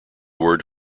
word